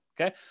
Okay